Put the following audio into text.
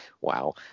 wow